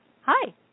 Hi